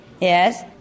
yes